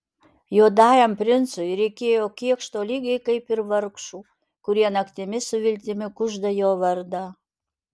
juodajam princui reikėjo kėkšto lygiai kaip ir vargšų kurie naktimis su viltimi kužda jo vardą